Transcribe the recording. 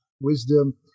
wisdom